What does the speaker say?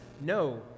no